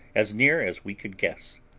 as near as we could guess.